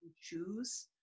choose